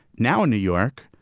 now, in new york,